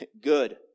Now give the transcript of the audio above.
good